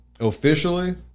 Officially